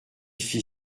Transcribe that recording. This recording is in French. fit